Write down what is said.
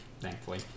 thankfully